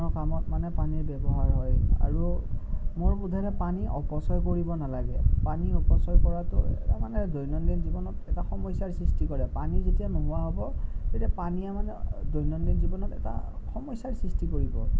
বিভিন্ন ধৰণৰ কামত মানে পানীৰ ব্যৱহাৰ হয় আৰু মোৰ বোধেৰে পানী অপচয় কৰিব নালাগে পানী অপচয় কৰাটো এটা মানে দৈনন্দিন জীৱনত এটা সমস্যাৰ সৃষ্টি কৰে পানী যেতিয়া নোহোৱা হ'ব তেতিয়া পানীয়ে মানে দৈনন্দিন জীৱনত এটা সমস্যাৰ সৃষ্টি কৰিব